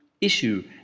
Issue